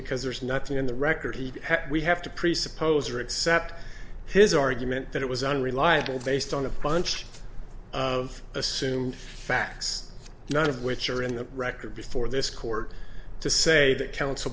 because there's nothing in the record we have to presuppose or accept his argument that it was unreliable based on a bunch of assumed facts none of which are in the record before this court to say that coun